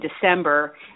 December